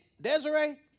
Desiree